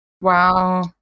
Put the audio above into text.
wow